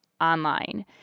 online